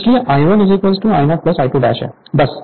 Refer Slide Time 2932 इसलिए I1 I0 I2 है